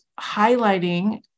highlighting